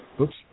Oops